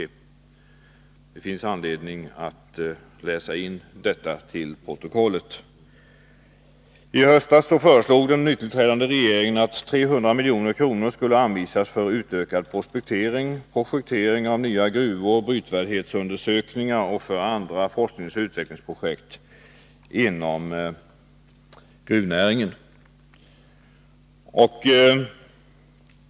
Det finns anledning att läsa in detta till protokollet. I höstas föreslog den nytillträdande regeringen att 300 milj.kr. skulle anvisas för utökad prospektering, projektering av nya gruvor, brytvärdhetsundersökningar och andra forskningsoch utvecklingsprojekt inom gruvnäringen.